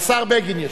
השר בגין ישיב.